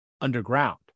underground